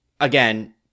again